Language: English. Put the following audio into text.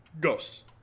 ghosts